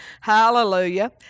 Hallelujah